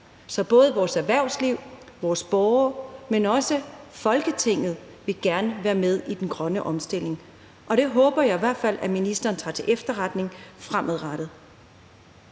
Så både vores erhvervsliv, vores borgere, men også Folketinget vil gerne være med i den grønne omstilling. Og det håber jeg i hvert fald at ministeren tager til efterretning fremadrettet.